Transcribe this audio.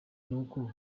nuko